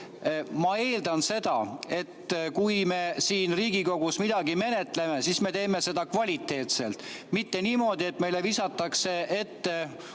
Ma eeldan seda, et kui me siin Riigikogus midagi menetleme, siis me teeme seda kvaliteetselt, mitte niimoodi, et meile visatakse ette,